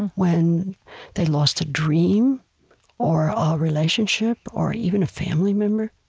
when they lost a dream or a relationship or even a family member,